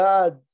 God